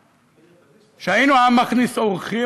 שהיינו עם מכניס אורחים,